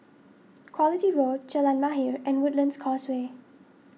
Quality Road Jalan Mahir and Woodlands Causeway